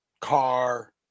car